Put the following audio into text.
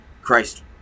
Christ